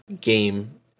game